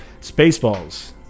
Spaceballs